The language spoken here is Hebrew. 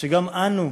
שגם אנו